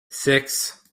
six